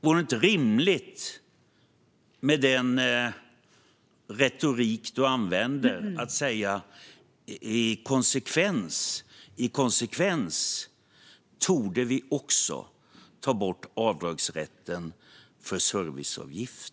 Vore det inte rimligt, med den retorik du använder, att säga att vi i konsekvensens namn också torde ta bort avdragsrätten för serviceavgift?